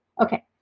Okay